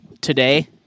today